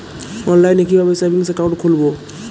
অনলাইনে কিভাবে savings account খুলবো?